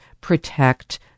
protect